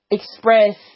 express